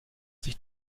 sich